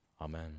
Amen